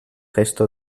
gesto